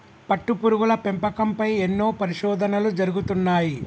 పట్టుపురుగుల పెంపకం పై ఎన్నో పరిశోధనలు జరుగుతున్నాయి